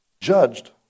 judged